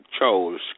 chose